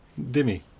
Dimmy